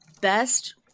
best